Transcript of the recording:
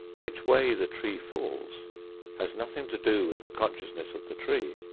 which way the tree falls has nothing to do with the consciousness of the tree,